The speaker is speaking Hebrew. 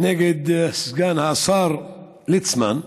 נגד סגן השר ליצמן.